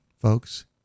folks